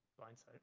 blindsight